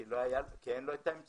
כי אין לו את האמצעים.